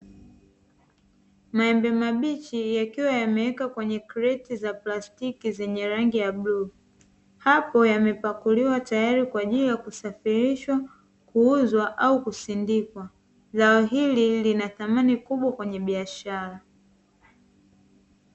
Maembe mabichi yakiwa yamewekwa kwenye kreti za plastiki zenye rangi ya bluu, hapo yamepakuliwa tayari kwa ajili kusafirishwa kuuzwa au kusindikwa. Zao hili linathamani kubwa kwenye biashara.